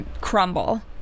crumble